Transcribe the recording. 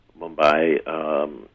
Mumbai